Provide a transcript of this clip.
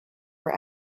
were